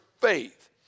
faith